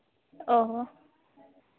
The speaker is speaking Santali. ᱚᱸᱻ